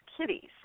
kitties